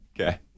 Okay